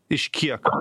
iš kiek